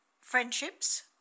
friendships